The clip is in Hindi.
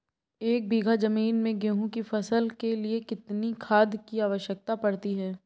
एक बीघा ज़मीन में गेहूँ की फसल के लिए कितनी खाद की आवश्यकता पड़ती है?